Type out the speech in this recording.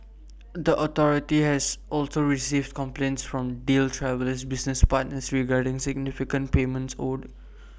the authority has also received complaints from deal Travel's business partners regarding significant payments owed